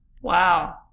Wow